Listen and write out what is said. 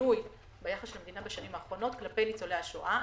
שינוי ביחס המדינה בשנים האחרונות כלפי ניצולי השואה.